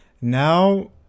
now